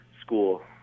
school